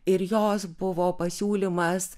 ir jos buvo pasiūlymas